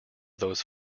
those